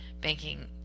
banking